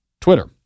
Twitter